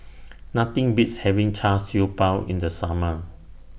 Nothing Beats having Char Siew Bao in The Summer